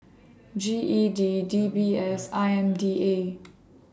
G E D D B S and I M D A